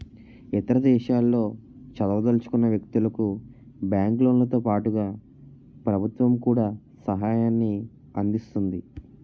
ఇతర దేశాల్లో చదవదలుచుకున్న వ్యక్తులకు బ్యాంకు లోన్లతో పాటుగా ప్రభుత్వం కూడా సహాయాన్ని అందిస్తుంది